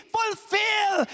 fulfill